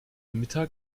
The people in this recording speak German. mittag